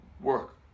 work